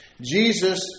Jesus